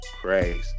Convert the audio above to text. crazy